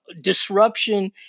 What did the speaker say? disruption